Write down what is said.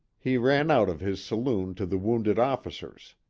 he ran out of his saloon to the wounded officers.